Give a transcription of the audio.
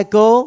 go